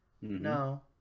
No